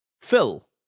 Phil